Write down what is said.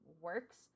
works